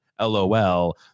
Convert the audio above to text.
Lol